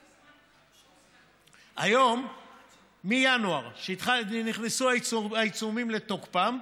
היום, מינואר, כאשר נכנסו העיצומים לתוקפם,